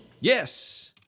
Yes